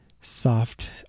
soft